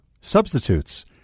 substitutes